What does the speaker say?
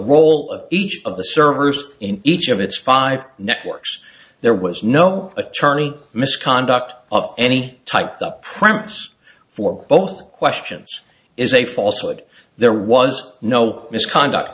role of each of the servers in each of its five networks there was no attorney misconduct of any type the preference for both questions is a false would there was no misconduct